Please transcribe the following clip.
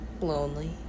lonely